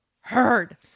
heard